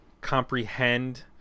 comprehend